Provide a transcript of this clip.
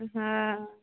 हँ